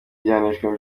gihanishwa